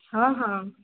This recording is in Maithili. हॅं हॅं